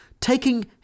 taking